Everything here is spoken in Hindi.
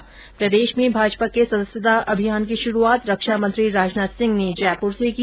जयपुर में भाजपा के सदस्यता अभियान की शुरूआत रक्षा मंत्री राजनाथ सिंह ने की